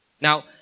Now